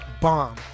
Bomb